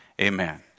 amen